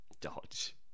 Dodge